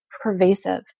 pervasive